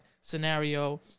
scenario